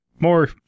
More